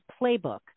playbook